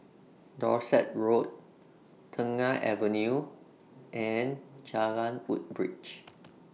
Dorset Road Tengah Avenue and Jalan Woodbridge